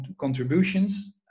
contributions